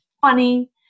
funny